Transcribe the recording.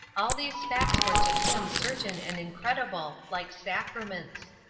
all these facts were to him certain and incredible, like sacraments.